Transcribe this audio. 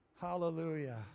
Hallelujah